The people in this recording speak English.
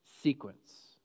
sequence